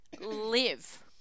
live